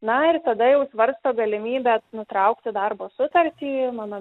na ir tada jau svarsto galimybę nutraukti darbo sutartį mano